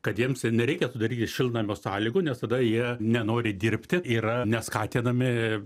kad jiems nereikia sudaryti šiltnamio sąlygų nes tada jie nenori dirbti yra neskatinami